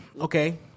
okay